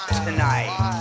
tonight